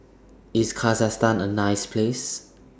IS Kazakhstan A nice Place